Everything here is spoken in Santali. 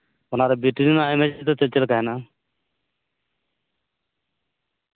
ᱚᱱᱟᱨᱮ ᱵᱤᱴᱨᱤ ᱨᱮᱱᱟᱜ ᱮᱢ ᱮᱭᱤᱪ ᱫᱚ ᱪᱮᱫᱞᱮᱠᱟ ᱦᱮᱱᱟᱜᱼᱟ